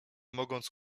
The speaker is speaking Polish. mogąc